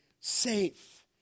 safe